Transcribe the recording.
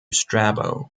strabo